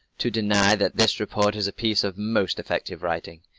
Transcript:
to deny that this report is a piece of most effective writing.